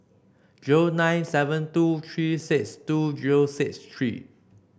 zero nine seven two three six two zero six three